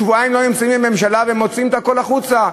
שבועיים לא נמצאים בממשלה ומוציאים את הכול החוצה.